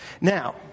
Now